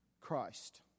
Christ